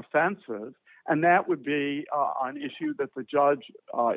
offenses and that would be an issue that the judge